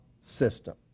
system